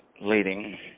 leading